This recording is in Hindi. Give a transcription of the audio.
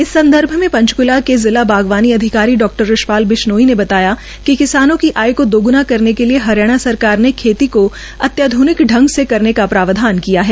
इस संदर्भ में पंचकूला के जिला बागवानी अधिकारी डॉ रिछपाल बिश्नोई ने बताया कि किसानों की आय को दोगुना करने के लिए हरियाणा सरकार ने खेती को अत्याध्निक ढंग से करने का प्रावधान किया है